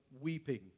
Weeping